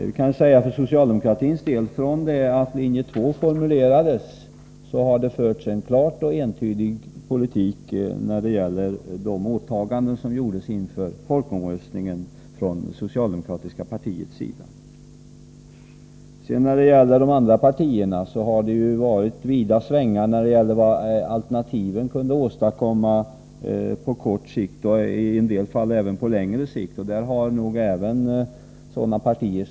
Från det att linje 2 formulerades har det på den socialdemokratiska sidan förts en klar och entydig politik när det gäller de åtaganden som gjordes inför folkomröstningen av det socialdemokratiska partiet. När det gäller vad alternativen kunde åstadkomma på kort sikt, och i en del fall även på längre sikt, har det förekommit vida svängar från de andra partierna.